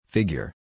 Figure